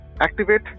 activate